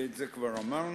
את זה כבר אמרנו,